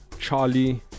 Charlie